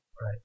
right